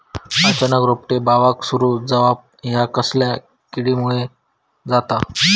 अचानक रोपटे बावाक सुरू जवाप हया कसल्या किडीमुळे जाता?